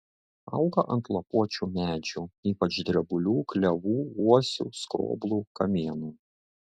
auga ant lapuočių medžių ypač drebulių klevų uosių skroblų kamienų